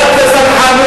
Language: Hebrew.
דת זה סלחנות,